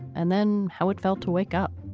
and then how it felt to wake up.